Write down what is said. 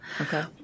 Okay